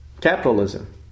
Capitalism